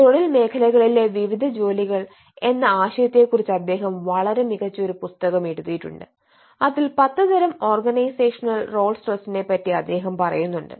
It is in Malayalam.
തൊഴിൽ മേഖലകളിലെ വിവിധ ജോലികൾ എന്ന ആശയത്തെക്കുറിച്ച് അദ്ദേഹം വളരെ മികച്ച ഒരു പുസ്തകം എഴുതിയിട്ടുണ്ട് അതിൽ പത്ത് തരം ഓർഗനൈസേഷണൽ റോൾ സ്ട്രെസ്സിനെ പറ്റി അദ്ദേഹംപറയുന്നുണ്ട്